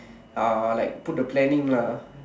uh like put the planning lah